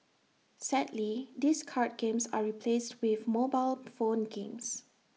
sadly these card games are replaced with mobile phone games